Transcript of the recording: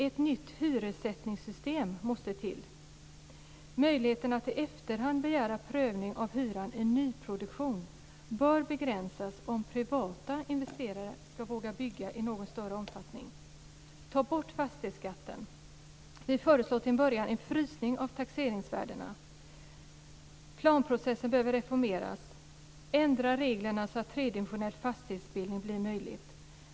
Ett nytt hyressättningssystem måste till. Möjligheten att i efterhand pröva hyran i nyproduktion bör begränsas om privata investerare ska våga bygga i någon större omfattning. Ta bort fastighetsskatten. Vi föreslår till en början en frysning av taxeringsvärdena. Planprocessen behöver reformeras. Ändra reglerna så att tredimensionell fastighetsbildning blir möjlig.